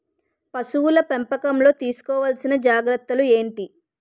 పశువుల పెంపకంలో తీసుకోవల్సిన జాగ్రత్త లు ఏంటి?